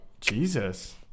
Jesus